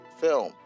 Film